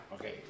Okay